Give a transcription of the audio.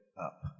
up